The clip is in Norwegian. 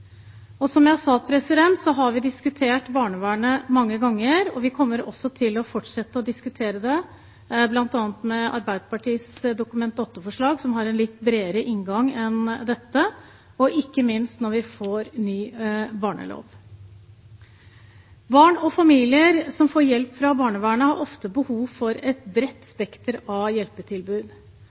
barnevernslov. Som jeg sa, har vi diskutert barnevernet mange ganger, og vi kommer også til å fortsette å diskutere det, bl.a. i forbindelse med Arbeiderpartiets Dokument 8-forslag, som har en litt bredere inngang enn dette, og ikke minst når vi får ny barnevernslov. Barn og familier som får hjelp fra barnevernet, har ofte behov for et bredt spekter av hjelpetilbud.